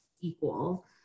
equal